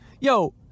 Yo